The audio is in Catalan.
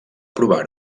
provar